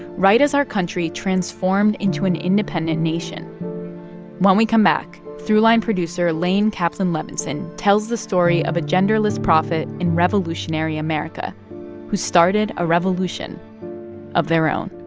right as our country transformed into an independent nation when we come back, throughline producer laine kaplan-levenson tells the story of a genderless prophet in revolutionary america who started a revolution of their own